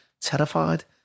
terrified